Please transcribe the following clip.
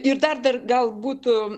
ir dar dar gal būtų